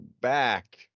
back